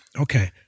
Okay